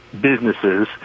businesses